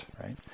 right